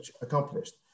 accomplished